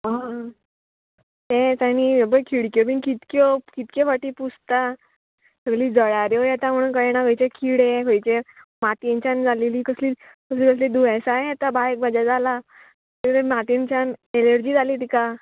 आं आं तेंच आनी पय खिडक्यो बी कितक्यो कितक्यो फाटी पुजता सगली जळार्यो येता म्हणून कळना खंयचे खिडे खंयचे मातयेनच्यान जालेली कसली कसली कसली दुयेंसांय येता बायक भाजी जाला मातयेनच्यान एलर्जी जाली तिका